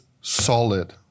solid